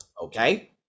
okay